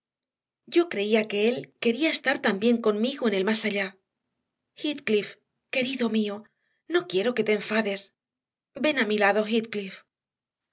yo creía que él quería estar también conmigo en el más allá heathcliff querido mío no quiero que te enfades ven a mi lado heathcliff se